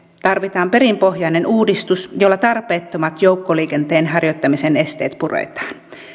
tarvitaan perinpohjainen uudistus jolla tarpeettomat joukkoliikenteen harjoittamisen esteet puretaan